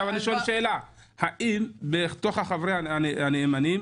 האם בתוך חברי הנאמנים